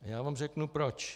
Já vám řeknu proč.